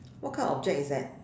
what kind of object is that